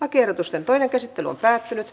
lakiehdotusten toinen käsittely päättyi